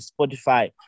Spotify